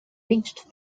reached